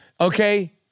okay